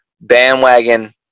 bandwagon